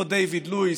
אותו דייוויד לואיס,